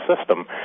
system